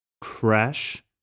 Crash